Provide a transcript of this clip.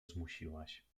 zmusiłaś